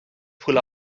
pull